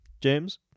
James